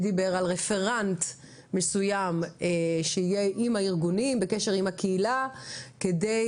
הוא דיבר בעצם על רפרנט מסוים שיהיה עם הארגונים ובקשר עם הקהילה כדי,